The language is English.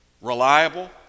reliable